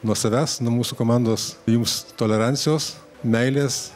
nuo savęs nuo mūsų komandos jums tolerancijos meilės